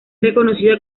reconocida